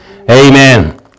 Amen